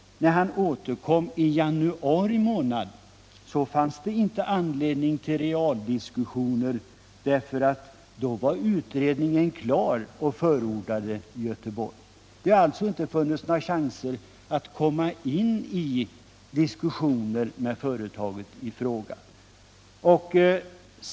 När kommunalrådet återkom i januari månad, fanns det inte anledning till realdiskussioner därför att då var utredningen klar, och den förordade Göteborg. Det har alltså inte funnits några chanser att komma in i diskussioner med företaget i fråga.